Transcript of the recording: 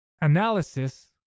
analysis